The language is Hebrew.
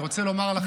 אני רוצה לומר לכם,